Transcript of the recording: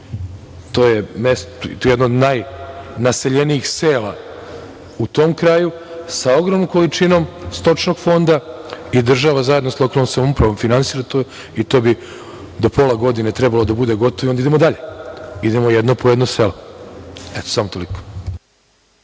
To je jedno od najnaseljenijih sela u tom kraju, sa ogromnom količinom stočnog fonda. Država zajedno sa lokalnom samoupravom finansira to i to bi do pola godine trebalo da bude gotovo i onda idemo dalje. Idemo jedno po jedno selo. Eto, samo toliko.